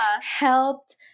helped